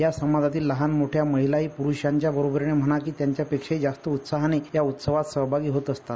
या समाजातील लहान मोठ्या महिलाही पुरुषांच्या बरोबरीने म्हणा की त्यांच्या पेक्षाही जास्त उत्साहाने या उत्सवात सहभागी होत असतात